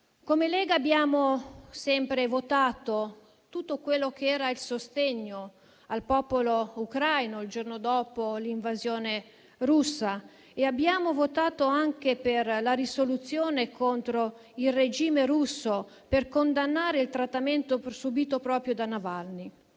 Come Lega, abbiamo sempre votato tutto quello che era il sostegno al popolo ucraino, il giorno dopo l'invasione russa, e abbiamo votato anche per la risoluzione contro il regime russo, per condannare il trattamento subito proprio da Navalny.